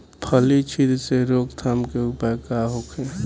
फली छिद्र से रोकथाम के उपाय का होखे?